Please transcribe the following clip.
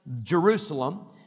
Jerusalem